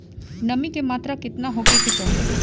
नमी के मात्रा केतना होखे के चाही?